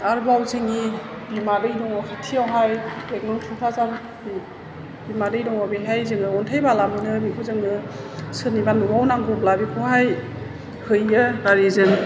आरोबाव जोंनि बिमादै दङ खाथियावहाय एक नं थुख्राजारनि बिमादै दङ बेहाय जाेङाे आन्थाइ बाला मोनो बिखौ जोङो सोरनिबा न'आव नांगौब्ला बिखौहाय हैयो गारिजों